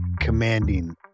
commanding